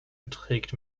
beträgt